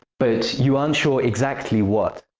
but you aren't sure exactly what.